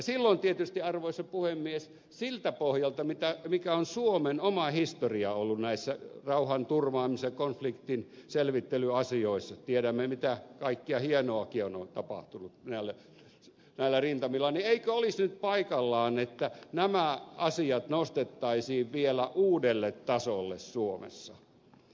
silloin tietysti arvoisa puhemies siltä pohjalta mikä on suomen oma historia ollut näissä rauhanturvaamisen ja konfliktin selvittelyasioissa tiedämme mitä kaikkea hienoakin on tapahtunut näillä rintamilla niin eikö olisi nyt paikallaan että nämä asiat nostettaisiin vielä uudelle tasolle suomessa